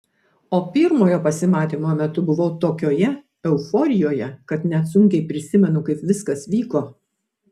o pirmojo pasimatymo metu buvau tokioje euforijoje kad net sunkiai prisimenu kaip viskas vyko